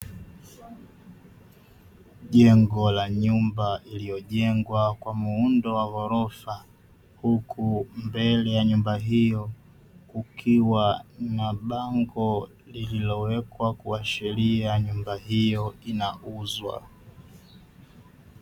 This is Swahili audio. Jengo la nyumba iliyojengwa kwa muundo wa ghorofa huku mbele ya nyumba hiyo kukiwa na bango lililowekwa kuashiria nyumba hiyo inauzwa.